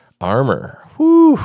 armor